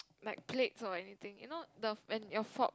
like plates or anything you know the and your fork